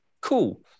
cool